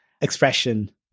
expression